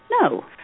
No